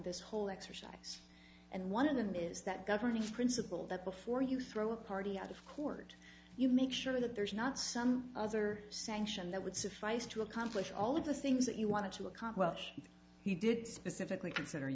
this whole exercise and one of them is that governing principle that before you throw a party out of court you make sure that there is not some other sanction that would suffice to accomplish all of the things that you want to accomplish he did specifically consider